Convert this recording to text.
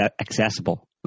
accessible